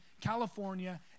California